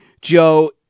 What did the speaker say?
Joe